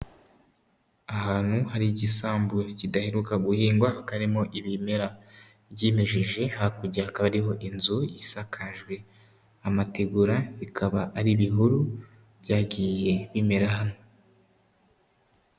Ahantu hari igisambu kidaheruka guhingwa, hakaba harimo ibimera byimejeje, hakurya hakaba hariho inzu isakajwe amategura, bikaba ari ibihuru byagiye bimera hano.